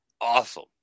Awesome